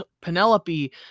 Penelope